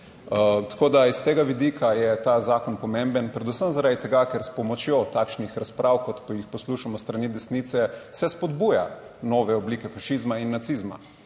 Tako da, iz tega vidika je ta zakon pomemben predvsem zaradi tega, ker s pomočjo takšnih razprav, kot jih poslušamo s strani desnice, se spodbuja nove oblike fašizma in nacizma.